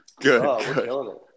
Good